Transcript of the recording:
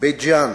בית-ג'ן,